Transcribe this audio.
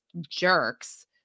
jerks